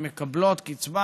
שמזכות בקצבה,